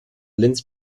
linz